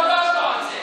אבל צריך להודות לו על זה.